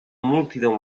multidão